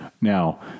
Now